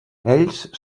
ells